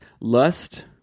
lust